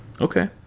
Okay